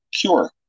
cure